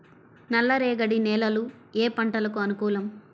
నల్లరేగడి నేలలు ఏ పంటలకు అనుకూలం?